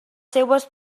seues